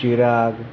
Chirag